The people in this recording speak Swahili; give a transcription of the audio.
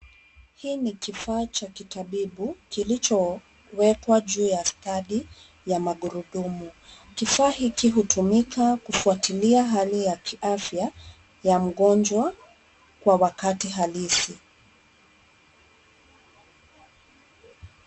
Hii ni kifaa vya kitabibu kilichowekwa juu ya stadi ya magurudumu. Kifaa hiki hutumika kufuatilia hali ya kiafya ya mgonjwa kwa wakati halisi